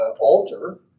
alter